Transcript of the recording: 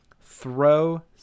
Throw